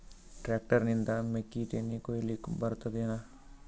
Tractor ನಿಂದ ಮೆಕ್ಕಿತೆನಿ ಕೊಯ್ಯಲಿಕ್ ಬರತದೆನ?